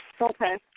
Okay